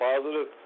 positive